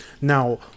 Now